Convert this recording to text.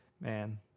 Man